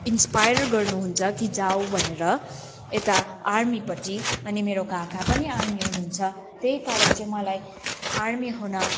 inspire गर्नु हुन्छ कि जाउ भनेर यता आर्मीपट्टि अनि मेरो काका पनि आर्मी हुनुहुन्छ त्यहीकारण चाहिँ मलाई आर्मी हुन